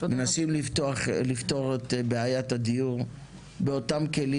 מנסים לפתור את בעיית הדיור באותם הכלים